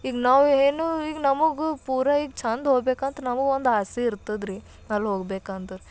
ಈಗ ನಾವು ಏನು ಈಗ ನಮಗೂ ಪೂರ ಈಗ ಚಂದ ಹೋಗ್ಬೇಕಂತ ನಮಗೂ ಒಂದು ಆಸೆ ಇರ್ತದೆ ರೀ ಅಲ್ಲಿ ಹೋಗ್ಬೇಕಂದರೆ